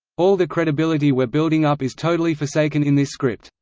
all the credibility we're building up is totally forsaken in this script.